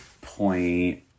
point